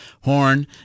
horn